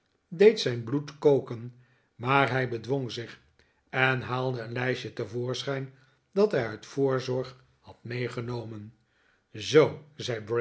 deed zijn bloed koken maar hij bedwong zich en haalde een lijstje te voorschijn dat hij uit voorzorg had meegenomen